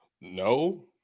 No